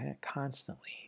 constantly